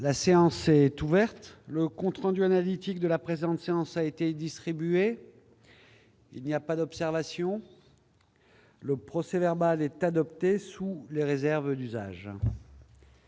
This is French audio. La séance est ouverte, le compte rendu analytique de la présente enseigne. Est distribué, il n'y a pas d'observation. Le procès verbal est adoptée sous les réserves d'usage.